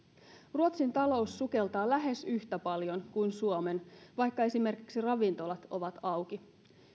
ruotsin talous sukeltaa lähes yhtä paljon kuin suomen vaikka esimerkiksi ravintolat ovat auki